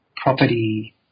property